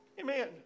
Amen